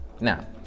Now